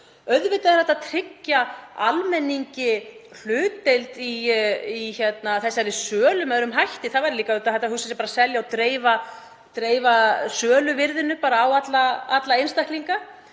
Auðvitað er hægt að tryggja almenningi hlutdeild í þessari sölu með öðrum hætti. Það væri líka hægt að hugsa sér að selja og dreifa söluverðinu bara á alla einstaklinga.